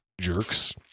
Jerks